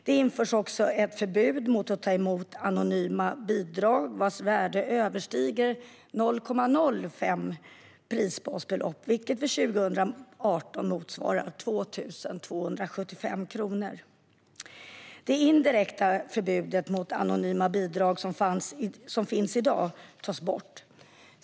Det införs också ett förbud mot att ta emot anonyma bidrag vars värde överstiger 0,05 prisbasbelopp, vilket för 2018 motsvarar 2 275 kronor. Det indirekta förbud mot anonyma bidrag som finns i dag tas bort.